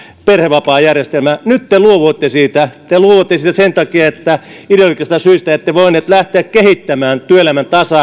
perhevapaajärjestelmällä nyt te luovuitte siitä te luovuitte siitä sen takia että ideologisista syistä ette voineet lähteä kehittämään työelämän tasa